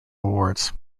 awards